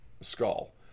skull